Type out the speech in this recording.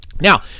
Now